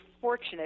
fortunate